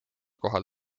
kohal